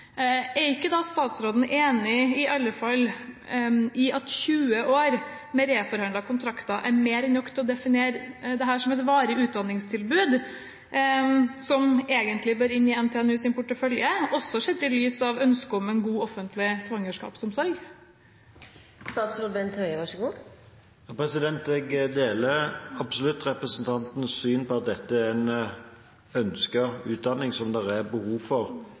Er ikke statsråden i alle fall enig i at 20 år med reforhandlede kontrakter er mer enn nok til å definere dette som et varig utdanningstilbud, som egentlig bør inn i NTNUs portefølje, også sett i lys av ønsket om en god offentlig svangerskapsomsorg? Jeg deler absolutt representantens syn på at dette er en ønsket utdanning, som det er behov for